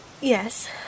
Yes